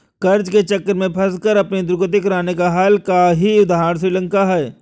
कर्ज के चक्र में फंसकर अपनी दुर्गति कराने का हाल का ही उदाहरण श्रीलंका है